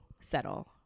settle